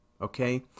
okay